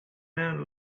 man